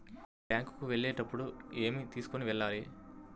Bank కు వెళ్ళేటప్పుడు ఏమి తీసుకొని వెళ్ళాలి?